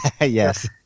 Yes